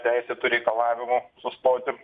teisėtu reikalavimų sustoti